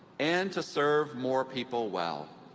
and to serve more people well.